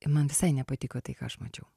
man visai nepatiko tai ką aš mačiau